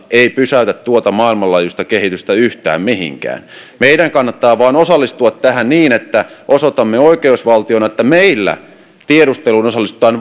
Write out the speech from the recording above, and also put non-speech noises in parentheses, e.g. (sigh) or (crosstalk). ei pysäytä tuota maailmanlaajuista kehitystä yhtään mihinkään meidän kannattaa vain osallistua tähän niin että osoitamme oikeusvaltiona että meillä tiedusteluun osallistutaan (unintelligible)